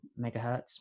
megahertz